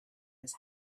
his